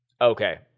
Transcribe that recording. okay